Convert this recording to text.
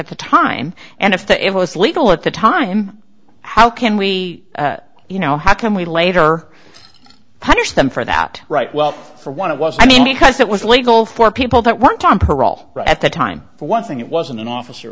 at the time and if the it was legal at the time how can we you know how can we later punish them for that right well for one it was i mean because it was legal for people that one time parole at the time for one thing it was an officer